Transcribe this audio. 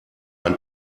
ein